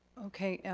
okay, yeah